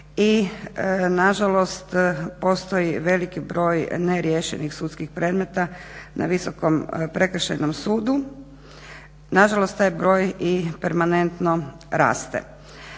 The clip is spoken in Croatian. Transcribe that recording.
i nažalost postoji veliki broj neriješenih sudskih predmeta na Visokom prekršajnom sudu. Nažalost taj broj i permanentno raste.